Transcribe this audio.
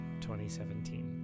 2017